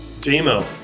JMO